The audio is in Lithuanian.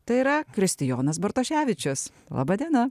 tai yra kristijonas bartoševičius laba diena